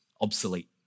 obsolete